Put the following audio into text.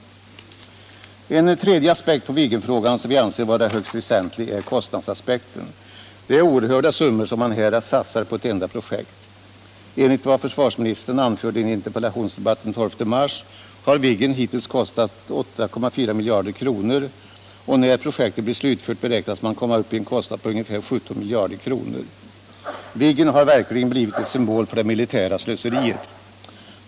En tredje aspekt på Viggenfrågan som vi anser vara högst väsentlig är kostnadsaspekten. Det är oerhörda summor som man här satsar på ett enda projekt. Enligt vad försvarsministern anförde i en interpellationsdebatt den 12 mars har Viggen hittills kostat 8,4 miljarder kronor, och när projektet blivit slutfört beräknar man ha kommit upp i en kostnad på ungefär 17 miljarder kronor. Viggen har verkligen blivit en symbol för det militära slöseriet.